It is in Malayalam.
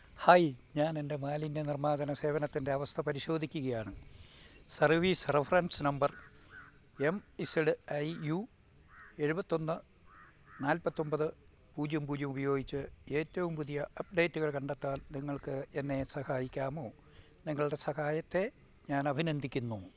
ഹായ് ഞാനെൻ്റെ മാലിന്യ നിർമ്മാർജ്ജന സേവനത്തിൻ്റെ അവസ്ഥ പരിശോധിക്കുകയാണ് service reference number M Z I U എഴുപത്തിയൊന്ന് നാല്പ്പത്തിയൊന്പത് പൂജ്യം പൂജ്യം ഉപയോഗിച്ച് ഏറ്റവും പുതിയ അപ്ഡേറ്റുകൾ കണ്ടെത്താൻ നിങ്ങൾക്ക് എന്നെ സഹായിക്കാമോ നിങ്ങളുടെ സഹായത്തെ ഞാനഭിനന്ദിക്കുന്നു